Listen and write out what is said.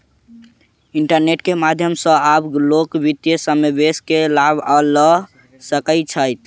internet के माध्यम सॅ आब लोक वित्तीय समावेश के लाभ लअ सकै छैथ